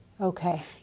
Okay